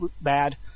Bad